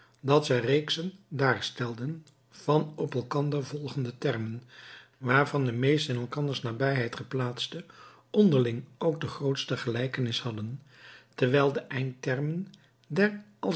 dat zij reeksen daarstelden van op elkander volgende termen waarvan de meest in elkanders nabijheid geplaatste onderling ook de grootste gelijkenis hadden terwijl de eindtermen der